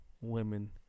women